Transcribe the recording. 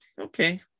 Okay